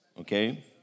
okay